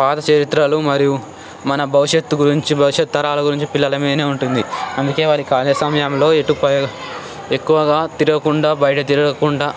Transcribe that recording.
పాత చరిత్రలు మరియు మన భవిష్యత్తు గురించి భవిష్యత్తు తరాల గురించి పిల్లల మీదనే ఉంటుంది అందుకే వారు ఖాళీ సమయంలో ఎక్కువగా తిరగకుండా బయట తిరగకుండా